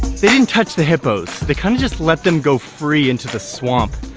they didn't touch the hippos. they kind of just let them go free into the swamp.